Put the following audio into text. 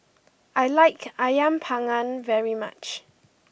I like Ayam Panggang very much